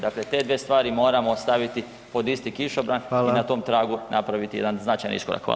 Dakle te dvije stvari moramo staviti pod isti kišobran i na tom tragu napraviti jedan značajan iskorak.